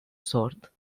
sord